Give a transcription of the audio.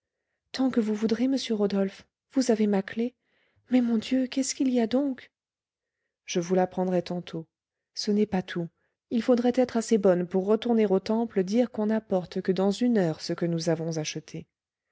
tant que vous voudrez monsieur rodolphe vous avez ma clef mais mon dieu qu'est-ce qu'il y a donc je vous l'apprendrai tantôt ce n'est pas tout il faudrait être assez bonne pour retourner au temple dire qu'on n'apporte que dans une heure ce que nous avons acheté